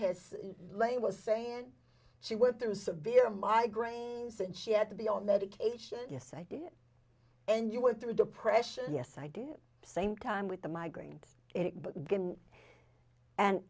has lain was saying she went through severe migraines and she had to be on medication yes i did and you went through depression yes i did same time with the migraines